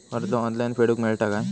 कर्ज ऑनलाइन फेडूक मेलता काय?